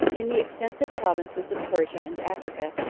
in the extensive provinces of persia and africa,